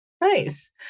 Nice